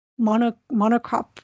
monocrop